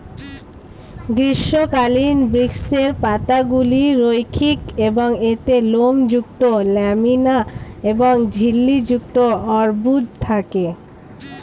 গ্রীষ্মকালীন বৃক্ষের পাতাগুলি রৈখিক এবং এতে লোমযুক্ত ল্যামিনা এবং ঝিল্লি যুক্ত অর্বুদ থাকে